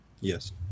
Yes